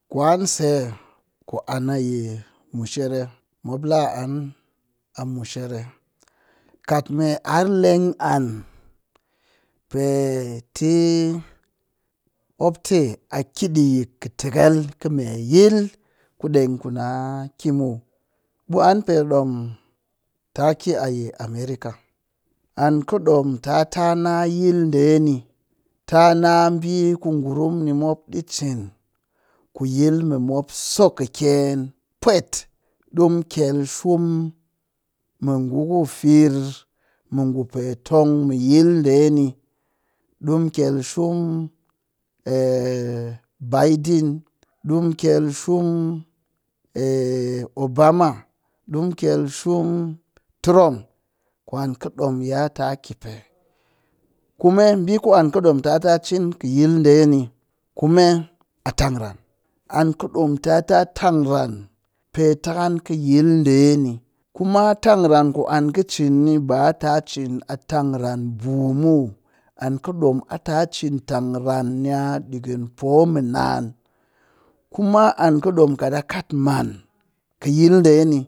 Kwanse ku an yi mushere mop la an a mushere kat me arr leng an pe tɨ mop tɨ aki ɗi kɨtekel kɨ me yil ku ɗeng ku na ki muw ɓe an pe ɗom tɨ ki di'a america. An kɨ ɗom tɨ ta na yil ɗee ni, tɨ a na ɓii ku ngurum ni mop ɗi cin ku yil mu mop so kɨkyen pwet ɗi mu kyel shum mu nguku firr mɨ ngu petong mɨ yil ɗeni ɗi mu kyel shum baiden ɗi mu kyel shum obama shum truimp kwan kɨ ɗom ya ta ki pe kume ɓii ku an kɨ ɗom tɨ ta cin kɨ yil ɗeni kume a tangran an kɨ ɗom tɨ ta tangran pe takan kɨ yil ɗe ni kuma tangran ku an kɨ cin ba ta cin a tangan buu muw an kɨ ɗom a cin tangran nya ɗikɨn poo mɨ naan kuma an kɨ ɗom kat a kat maan kɨ yil ɗe ni